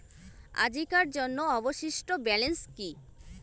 আজিকার জন্য অবশিষ্ট ব্যালেন্স কি?